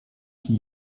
qui